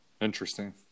Interesting